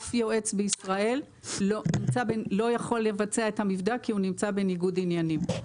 אף יועץ בישראל לא יכול לבצע את המבדק כי הוא נמצא בניגוד עניינים.